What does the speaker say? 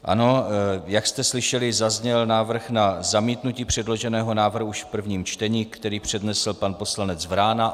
Ano, jak jste slyšeli, zazněl návrh na zamítnutí předloženého návrhu už v prvním čtení, který přednesl pan poslanec Vrána.